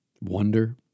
Wonder